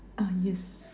ah yes